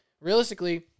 realistically